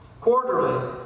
Quarterly